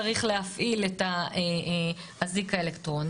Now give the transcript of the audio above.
מול מי צריך להפעיל את האזיק האלקטרוני,